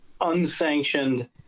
unsanctioned